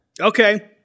Okay